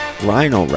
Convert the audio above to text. Rhino